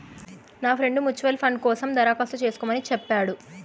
నా friend mutual fund కోసం దరఖాస్తు చేస్కోమని చెప్పాడు